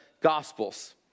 Gospels